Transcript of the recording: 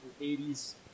80s